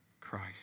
Christ